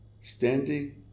standing